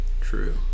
True